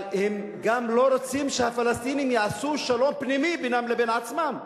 אבל הם גם לא רוצים שהפלסטינים יעשו שלום פנימי בינם לבין עצמם.